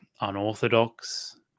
unorthodox